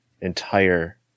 entire